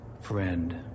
friend